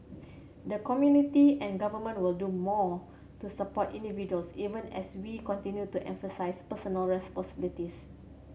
the community and government will do more to support individuals even as we continue to emphasise personal responsibility